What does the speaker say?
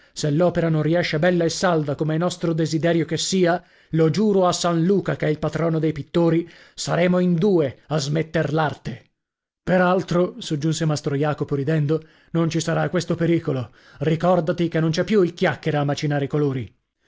se l'opera non riesce bella e salda come è nostro desiderio che sia lo giuro a san luca che è il patrono dei pittori saremo in due a smetter l'arte per altro soggiunse mastro jacopo ridendo non ci sarà questo pericolo ricordati che non c'è più il chiacchiera a macinare i colori